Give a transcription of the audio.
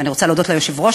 ואני רוצה להודות ליושב-ראש,